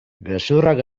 gezurrak